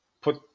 put